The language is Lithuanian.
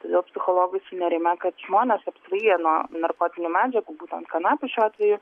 todėl psichologai sunerimę kad žmonės apsvaigę nuo narkotinių medžiagų būtent kanapių šiuo atveju